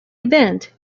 event